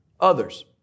others